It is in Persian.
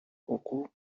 حقوق